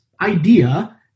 idea